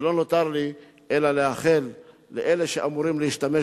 ולא נותר לי אלא לאחל לאלה שאמורים להשתמש